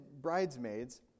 bridesmaids